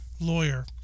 Lawyer